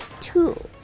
two